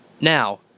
Now